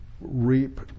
reap